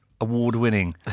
award-winning